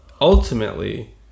ultimately